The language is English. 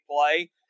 play